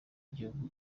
igihugu